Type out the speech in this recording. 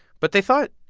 but they thought,